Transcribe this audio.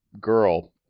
girl